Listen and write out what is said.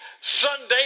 Sunday